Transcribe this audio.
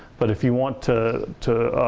but if you want to to